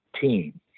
team